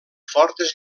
fortes